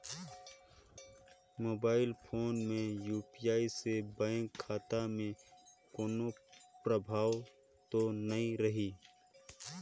Mobile phone मे UPI से bank खाता मे कोनो प्रभाव तो नइ रही?